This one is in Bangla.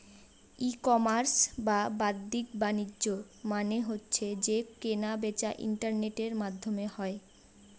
ই কমার্স বা বাদ্দিক বাণিজ্য মানে হচ্ছে যে কেনা বেচা ইন্টারনেটের মাধ্যমে হয়